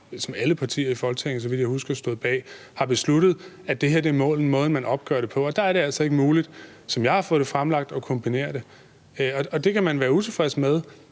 som alle partier i Folketinget, så vidt jeg husker, stod bag, der har besluttet, at det er den måde, man opgør det på. Og der er det altså ikke muligt, sådan som jeg har fået det fremlagt, at kombinere det. Det kan man være utilfreds med,